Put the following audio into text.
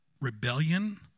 rebellion